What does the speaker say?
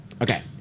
Okay